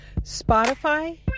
Spotify